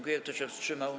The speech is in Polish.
Kto się wstrzymał?